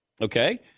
Okay